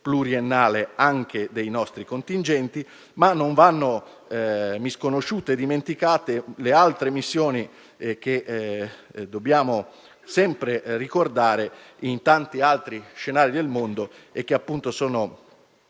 pluriennale anche dei nostri contingenti. Ma non vanno misconosciute e dimenticate le altre missioni, che dobbiamo sempre ricordare, in tanti altri scenari del mondo, e che sono